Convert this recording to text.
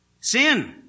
Sin